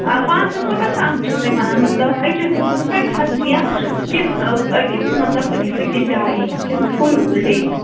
آ پانٛژھ ہَتھ کوٚتَس تام چھِو تُہۍ ونان مطلَب أکِس دۄہَس پیٚٹھ حظ یا کِنہٕ أکِس مَطلب أکِس أکِس جایہِ کِنہٕ فُل ڈے